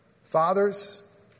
Fathers